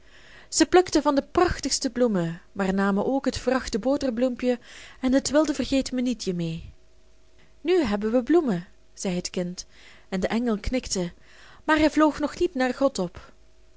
zij plukten van de prachtigste bloemen maar namen ook het verachte boterbloempje en het wilde vergeet mij nietje mee nu hebben wij bloemen zei het kind en de engel knikte maar hij vloog nog niet naar god op